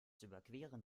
überqueren